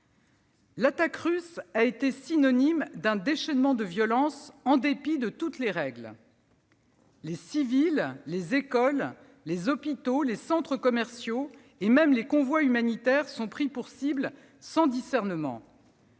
L'attaque russe a été synonyme d'un déchaînement de violence, en dépit de toutes les règles. Les civils, les écoles, les hôpitaux, les centres commerciaux et même les convois humanitaires sont pris pour cibles sans discernement.